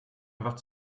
einfach